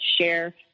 share